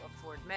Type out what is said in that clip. afford